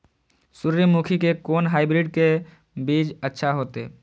सूर्यमुखी के कोन हाइब्रिड के बीज अच्छा होते?